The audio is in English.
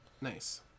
Nice